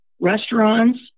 restaurants